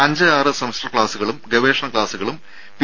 അഞ്ച് ആറ് സെമസ്റ്റർ ക്ലാസുകളും ഗവേഷണ ക്ലാസുകളും പി